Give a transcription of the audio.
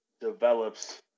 develops